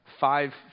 five